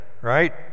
right